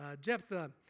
Jephthah